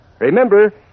Remember